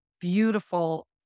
beautiful